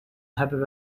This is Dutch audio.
hebben